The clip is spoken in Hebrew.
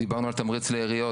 דיברנו על תמריץ לעיריות,